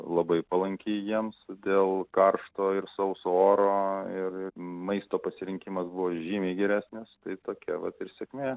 labai palanki jiems dėl karšto ir sauso oro ir ir maisto pasirinkimas buvo žymiai geresnis tai tokia vat ir sėkmė